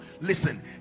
listen